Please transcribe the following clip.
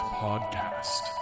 podcast